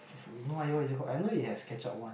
what is it called I know it has ketchup one